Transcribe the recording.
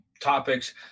topics